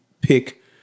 pick